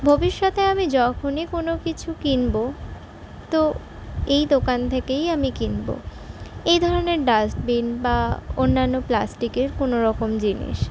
ভবিষ্যতে আমি যখনই কোনও কিছু কিনবো তো এই দোকান থেকেই আমি কিনবো এই ধরনের ডাস্টবিন বা অন্যান্য প্লাস্টিকের কোনওরকম জিনিস